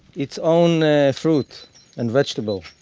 it's own ah fruit and vegetable.